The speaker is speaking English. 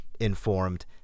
informed